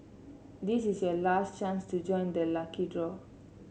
this is your last chance to join the lucky draw